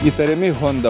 įtariami honda